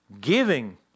giving